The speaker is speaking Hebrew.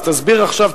אז תסביר עכשיו,